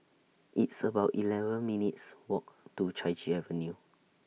It's about eleven minutes' Walk to Chai Chee Avenue